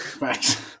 Right